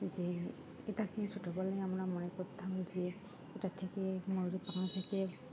যে এটাকে ছোটো বলেই আমরা মনে করতাম যে এটা থেকে ময়রা পাখা থেকে